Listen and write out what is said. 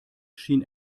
schien